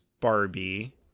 Barbie